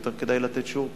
ויותר כדאי לתת שיעור פרטי.